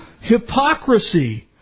hypocrisy